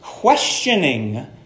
questioning